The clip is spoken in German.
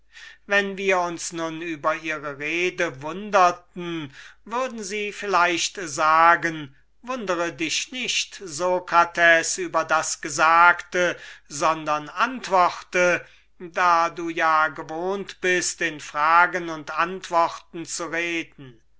wenn wir uns nun über ihre rede wunderten würden sie vielleicht sagen wundere dich nicht sokrates über das gesagte sondern antworte da du ja gewohnt bist in fragen und antworten zu reden